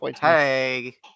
Hey